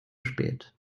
spät